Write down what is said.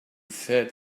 said